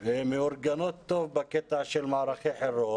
מאורגנות טוב בקטע של מערכי חירום